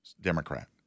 Democrat